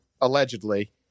allegedly